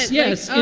yes. so